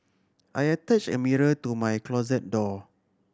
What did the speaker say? I attach a mirror to my closet door